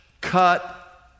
cut